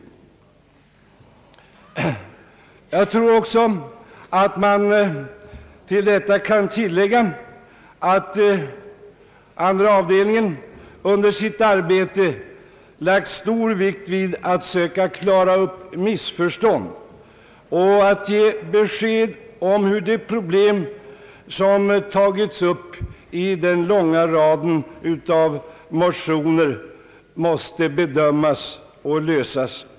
Jag tror också att man kan tillägga att utskottets andra avdelning under sitt arbete lagt stor vikt vid att söka klara upp missförstånd och att ge besked om hur de problem som tagiis upp i den långa raden motioner måste bedömas och lösas.